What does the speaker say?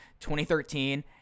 2013